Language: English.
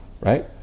right